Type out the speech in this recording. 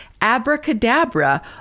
abracadabra